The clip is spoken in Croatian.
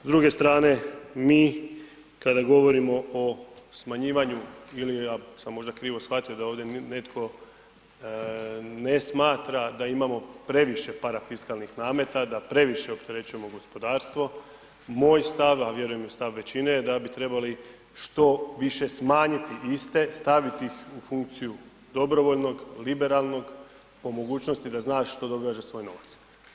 S druge strane mi kada govorimo o smanjivanju ili ja sam možda krivo shvatio da je ovdje netko ne smatra da imamo previše parafiskalnih nameta, da previše opterećujemo gospodarstvo, moj stav a vjerujem i stav većine je da bi trebali što više smanjiti iste, staviti ih u funkciju dobrovoljnog, liberalnog, po mogućnosti da znaš što dobivaš za svoj novac.